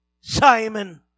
Simon